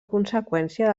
conseqüència